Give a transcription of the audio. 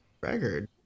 record